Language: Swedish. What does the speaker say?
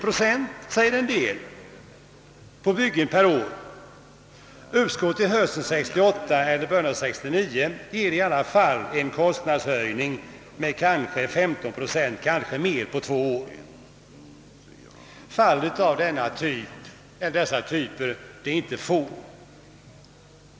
Uppskov till hösten 1968 eller början av 1969 ger i alla fall en kostnadshöjning med omkring 15 procent eller kanske mer på två år. Dylika fall förekommer ganska ofta.